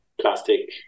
Plastic